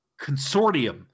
consortium